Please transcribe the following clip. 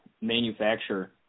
manufacturer